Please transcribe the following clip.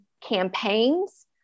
campaigns